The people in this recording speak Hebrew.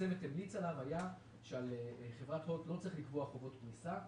הצוות המליץ שעל חברת הוט לא צריך לקבוע חובות פריסה,